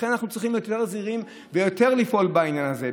לכן אנחנו צריכים להיות זהירים ויותר לפעול בעניין הזה,